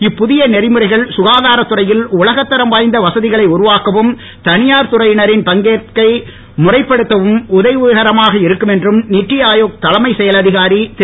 இப்புதிய நெறிமுறைகள் சுகாதாரத்துறையில் உலகத் தரம் வாய்ந்த வசதிகளை உருவாக்கவும் தனியார் துறையினரின் பங்கேற்பை முறைப்படுத்தவும் உதவிகரமாக இருக்கும் என்றும் நீத்தி ஆயோக் தலைமைச் செயல் அதிகாரி திரு